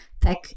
tech